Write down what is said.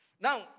Now